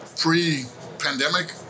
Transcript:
pre-pandemic